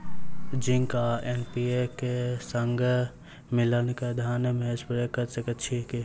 Zinc आ NPK, संगे मिलल कऽ धान मे स्प्रे कऽ सकैत छी की?